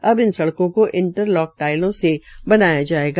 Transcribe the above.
अब इन सड़कों को इंटर लॉक टायलों से बनाया जायेगा